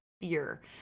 fear